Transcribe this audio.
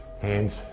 hands